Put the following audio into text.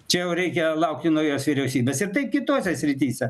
čia jau reikia laukti naujos vyriausybės ir kitose srityse